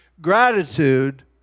gratitude